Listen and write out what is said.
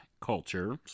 cultures